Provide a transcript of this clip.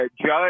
Judge